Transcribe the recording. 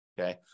Okay